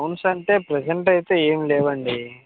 loans అంటే present అయితే ఏం లేవండి